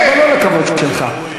לא לכבוד שלך,